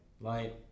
Light